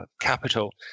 capital